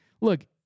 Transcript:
look